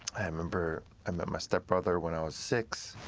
i remember, i met my step brother when i was six,